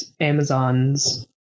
Amazon's